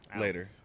Later